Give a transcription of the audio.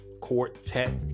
quartet